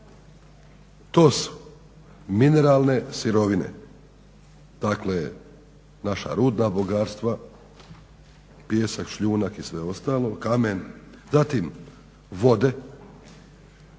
To su: mineralne sirovine, dakle naša rudna bogatstva – pijesak, šljunak i sve ostalo, kamen, zatim vode,